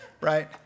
right